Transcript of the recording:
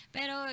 Pero